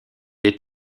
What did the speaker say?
est